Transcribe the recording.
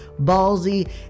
Ballsy